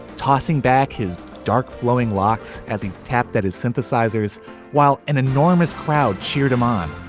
tossing back his dark flowing locks as he tapped at his synthesizers while an enormous crowd cheered him on